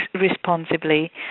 responsibly